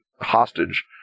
hostage